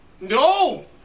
no